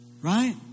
Right